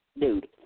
Dude